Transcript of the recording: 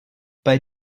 bei